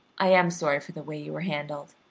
i am sorry for the way you were handled,